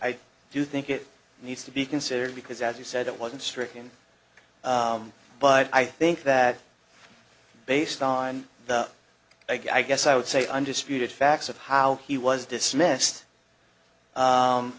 i do think it needs to be considered because as you said it wasn't stricken but i think that based on the i guess i would say undisputed facts of how he was dismissed